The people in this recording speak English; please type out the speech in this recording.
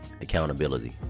accountability